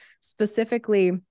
specifically